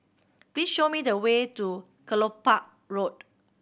please show me the way to Kelopak Road